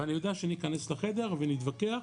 ואני יודע שניכנס לחדר ונתווכח,